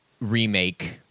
remake